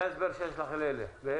זה